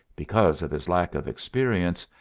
because of his lack of experience,